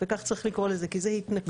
וכך צריך לקרוא לזה כי זאת התנכלות.